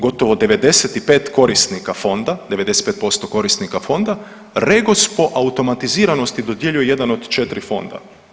Gotovo 95 korisnika fonda, 95% korisnika fonda, REGOS po automatiziranosti dodjeljuje jedan od 4 fonda.